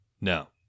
No